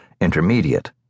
intermediate